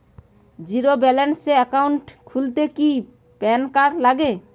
Zero balance account খুলতে কি PAN card লাগে?